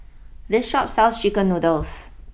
this Shop sells Chicken Noodles